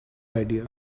idea